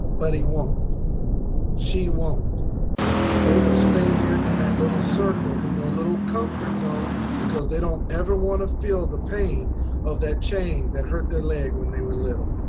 but he won't she won't they will stay there in that little circle in their little comfort zone because they don't ever want to feel the pain of that chain that hurt their leg when they were little.